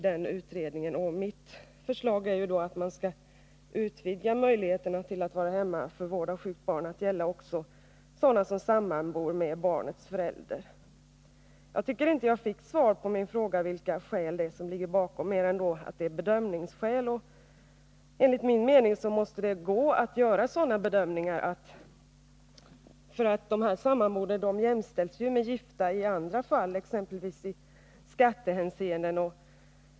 Men mitt förslag är att man skall utvidga möjligheterna att vara hemma för vård av sjukt barn till att också gälla den som sammanbor med barnets förälder. Jag tycker inte jag fick svar på min fråga om vilka skäl som ligger bakom den olika behandlingen av gifta och samboende, annat än att det är bedömningssvårigheter. Enligt min mening måste det gå att göra dessa bedömningar. Sådana här samboende jämställs ju med gifta i andra fall, exempelvis i skattehänseende.